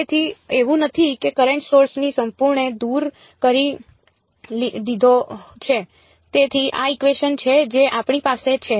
તેથી એવું નથી કે કરેંટ સોર્સ ને સંપૂર્ણપણે દૂર કરી દીધો છે તેથી આ ઇકવેશન છે જે આપણી પાસે છે